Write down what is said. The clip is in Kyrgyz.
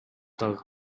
дагы